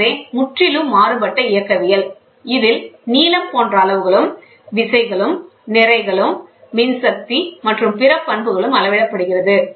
எனவே முற்றிலும் மாறுபட்ட இயக்கவியல் இதில் நீளம் போன்ற அளவுகளும் விசைகள் நிறைகள் மின்சக்தி மற்றும் பிற பண்புகளும் அளவிடப்படுகிறது